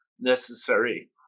necessary